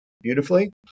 beautifully